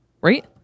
Right